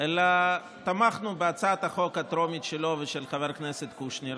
אלא תמכנו בהצעת החוק הטרומית שלו ושל חבר הכנסת קושניר,